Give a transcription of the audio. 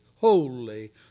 holy